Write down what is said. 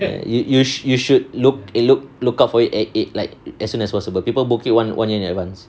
you you should look in look up for it a like as soon as possible people book it one one year in advance